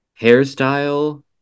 hairstyle